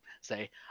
say